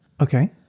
Okay